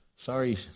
Sorry